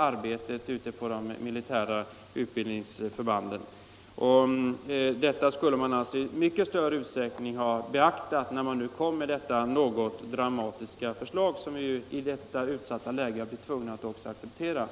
Detta borde man beakta i mycket större utsträckning än man gjort när man kom med detta något dramatiska förslag, som vi i detta utsatta läge måste acceptera.